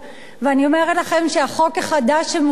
ואני אומרת לכם שהחוק החדש שמובא כאן